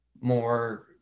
more